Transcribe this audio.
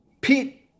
Pete